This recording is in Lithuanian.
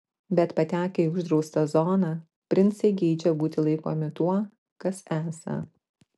bet patekę į uždraustą zoną princai geidžia būti laikomi tuo kas esą